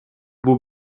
beau